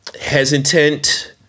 Hesitant